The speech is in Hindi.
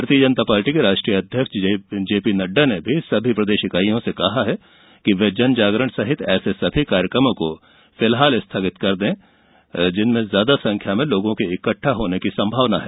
भारतीय जनता पार्टी के राष्ट्रीय अध्यक्ष जे पी नड्ढा ने सभी प्रदेश इकाईयों से कहा है कि वे जन जागरण सहित ऐसे सभी कार्यक्रमों को फिलहाल स्थगित कर दें जिनमें ज्यादा संख्या में लोगों के इकट्ठा होने की संभावना है